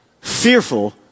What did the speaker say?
fearful